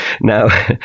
now